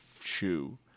shoe